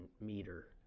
meter